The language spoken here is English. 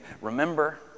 remember